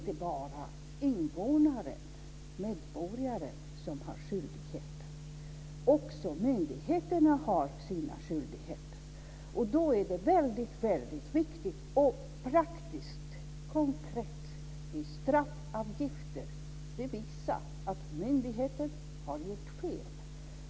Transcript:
Det är inte bara medborgaren som har skyldigheter; också myndigheterna har sina skyldigheter. Då är det väldigt viktigt, och praktiskt konkret, med straffavgifter. Det visar att myndigheten har gjort fel.